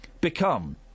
become